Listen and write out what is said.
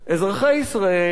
אזרחי ישראל,